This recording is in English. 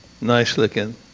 nice-looking